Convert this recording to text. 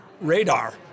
radar